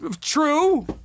True